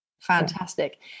Fantastic